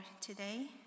today